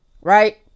Right